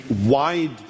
wide